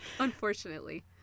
unfortunately